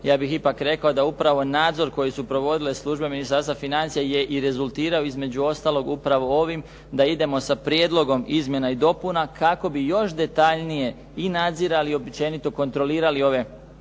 Ja bih ipak rekao da upravo nadzor koji su provodile službe Ministarstva financija je i rezultirao između ostalog upravo ovim da idemo sa prijedlogom izmjena i dopuna kako bi još detaljnije i nadzirali i općenito kontrolirali ove